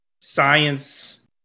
science